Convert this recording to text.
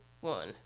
one